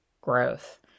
growth